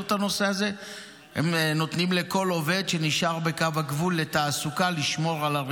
כי הנושא הזה חייב להיפתח